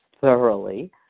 thoroughly